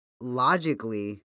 logically